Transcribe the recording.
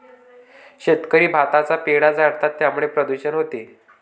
शेतकरी भाताचा पेंढा जाळतात त्यामुळे प्रदूषण होते